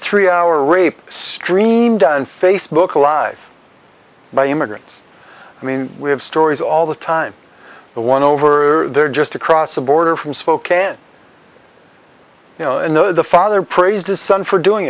three hour rape streamed on facebook live by immigrants i mean we have stories all the time the one over there just across the border from spokane you know and the father praised the son for doing